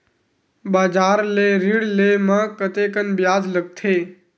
बजार ले ऋण ले म कतेकन ब्याज लगथे?